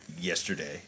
yesterday